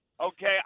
okay